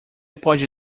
pode